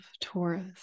Taurus